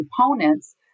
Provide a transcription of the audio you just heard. components